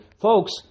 Folks